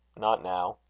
not now.